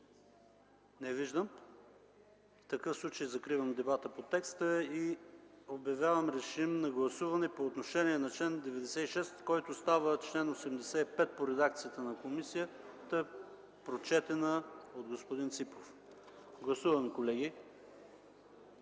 Не виждам. В такъв случай закривам дебата и обявявам режим на гласуване по чл. 96, който става чл. 85 по редакцията на комисията, прочетен от господин Ципов. Гласували